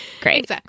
Great